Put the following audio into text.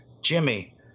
Jimmy